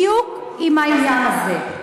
בדיוק עם העניין הזה.